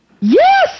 Yes